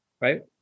Right